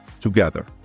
together